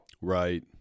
Right